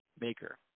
maker